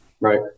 Right